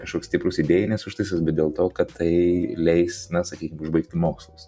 kažkoks stiprūs idėjinis užtaisas bet dėl to kad tai leis na sakykim užbaigti mokslus